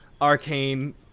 arcane